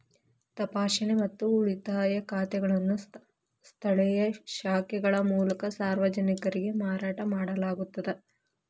ತಪಾಸಣೆ ಮತ್ತು ಉಳಿತಾಯ ಖಾತೆಗಳನ್ನು ಸ್ಥಳೇಯ ಶಾಖೆಗಳ ಮೂಲಕ ಸಾರ್ವಜನಿಕರಿಗೆ ಮಾರಾಟ ಮಾಡಲಾಗುತ್ತದ